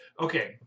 Okay